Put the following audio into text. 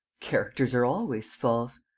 characters are always false.